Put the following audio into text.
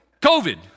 COVID